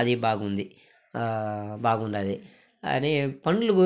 అది బాగుంది బాగుంది అనీ పండ్లు గు